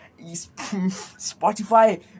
Spotify